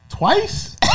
Twice